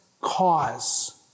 cause